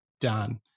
done